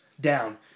down